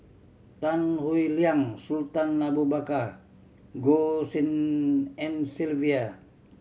Tan Howe Liang Sultan Abu Bakar Goh Tshin En Sylvia